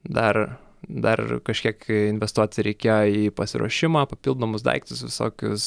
dar dar kažkiek investuoti reikia į pasiruošimą papildomus daiktus visokius